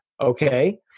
Okay